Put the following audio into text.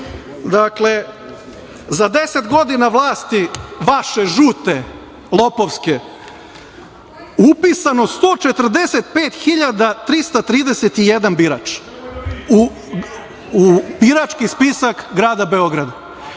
Dakle, za deset godina vlasti vaše žute lopovske upisan je 145.331 birač u birački spisak grada Beograda.